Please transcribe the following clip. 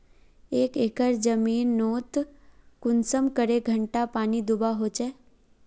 एक एकर जमीन नोत कुंसम करे घंटा पानी दुबा होचए?